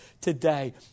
today